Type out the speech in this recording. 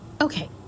Okay